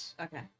Okay